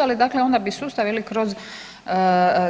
Ali dakle onda bi sustav ili kroz